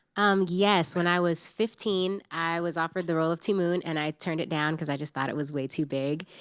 um yes, when i was fifteen, i was offered the role of ti moune, and i turned it down, because i just thought it was way too big.